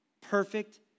perfect